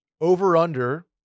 Over-under